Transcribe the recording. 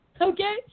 Okay